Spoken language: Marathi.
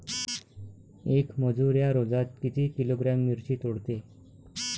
येक मजूर या रोजात किती किलोग्रॅम मिरची तोडते?